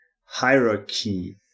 hierarchy